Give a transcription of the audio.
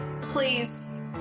Please